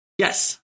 Yes